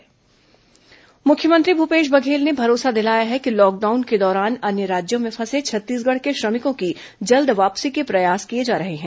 corona श्रमिक वापसी सीमा प्रवेश मुख्यमंत्री भूपेश बघेल ने भरोसा दिलाया है कि लॉकडाउन के दौरान अन्य राज्यों में फंसे छत्तीसगढ़ के श्रमिकों की जल्द वापसी के प्रयास किए जा रहे हैं